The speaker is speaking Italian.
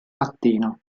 mattino